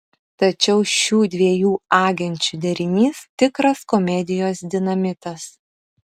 tačiau šių dviejų agenčių derinys tikras komedijos dinamitas